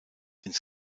ins